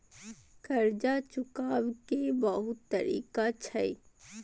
कर्जा चुकाव के बहुत तरीका छै?